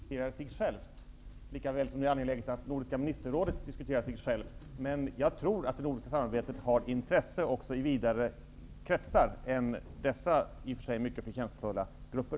Herr talman! Det är mycket angeläget att Nordiska rådet diskuterar sig självt, likaväl som det är angeläget att Nordiska ministerrådet diskuterar sig självt. Men jag tror att det nordiska samarbetet har intresse också i vidare kretsar än dessa i och för sig mycket förtjänstfulla grupper.